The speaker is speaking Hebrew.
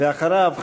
ואחריו,